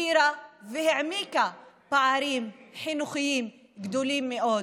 השאירה והעמיקה פערים חינוכיים גדולים מאוד,